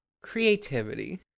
creativity